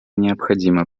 необходимо